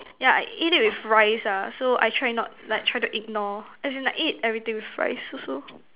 yeah I eat it with rice ah so I try not like try to ignore as in I eat everything with rice also